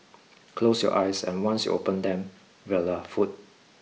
close your eyes and once you open them voila food